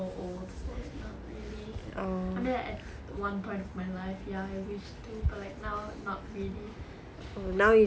they are all so old so like not really I mean like at one point of my life ya I wish to but like now not really